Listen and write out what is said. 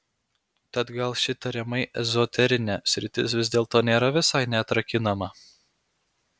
tad gal ši tariamai ezoterinė sritis vis dėlto nėra visai neatrakinama